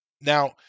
Now